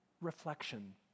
reflection